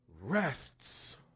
rests